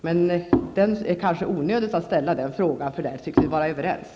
Men det är kanske onödigt att ställa den frågan, eftersom vi där tycks vara överens.